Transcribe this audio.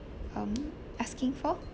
um asking for